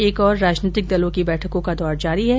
एक और राजनैतिक दलों की बैठकों का दौर जारी है